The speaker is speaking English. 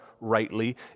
rightly